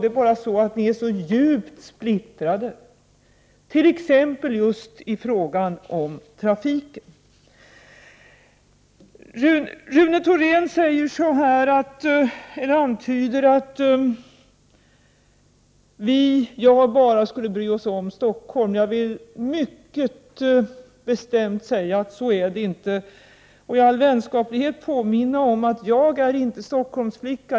Det är bara så att ni är så djupt splittrade, t.ex. just i fråga om trafiken. Rune Thorén antyder att jag bara skulle bry mig om Stockholm. Jag vill mycket bestämt säga att det inte är så och i all vänskaplighet påminna om att jaginte är Stockholmsflicka.